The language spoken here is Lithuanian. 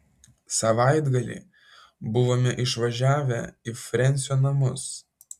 savaitgalį buvome išvažiavę į frensio namus